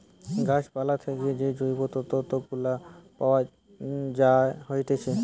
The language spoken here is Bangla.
গাছ পালা থেকে যে জৈব তন্তু গুলা পায়া যায়েটে